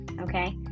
okay